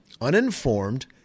uninformed